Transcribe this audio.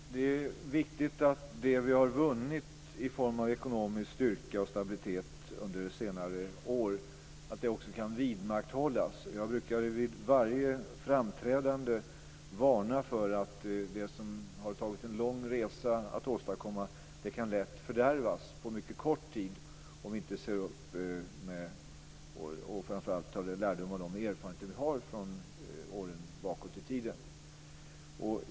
Fru talman! Det är viktigt att det som vi i form av ekonomisk styrka och stabilitet har vunnit under senare år också kan vidmakthållas. Jag brukar vid varje framträdande varna för att det som varit en lång resa att åstadkomma lätt kan fördärvas på mycket kort tid om vi inte ser upp och, framför allt, tar lärdom av de erfarenheter som vi har från åren bakåt i tiden.